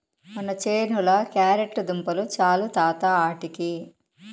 మన చేనుల క్యారెట్ దుంపలు చాలు తాత ఆటికి